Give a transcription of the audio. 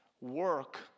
work